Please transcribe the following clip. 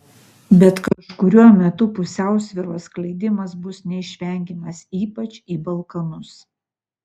bet kažkuriuo metu pusiausvyros skleidimas bus neišvengiamas ypač į balkanus